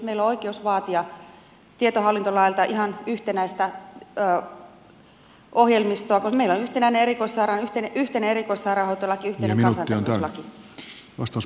meillä on oikeus vaatia tietohallintolailta ihan yhtenäistä ohjelmistoa meillä on yhteinen erikoissairaanhoitolaki yhteinen kansanterveyslaki